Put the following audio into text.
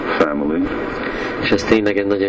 family